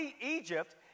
Egypt